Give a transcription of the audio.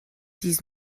dix